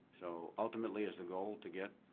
so ultimately is the goal to get